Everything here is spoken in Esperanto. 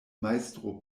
majstro